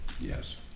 Yes